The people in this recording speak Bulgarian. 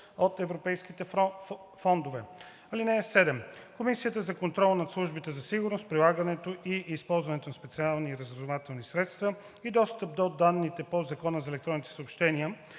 от европейските фондове. (7) Комисията за контрол над службите за сигурност, прилагането и използването на специалните разузнавателни средства и достъпа до данните по Закона за електронните съобщения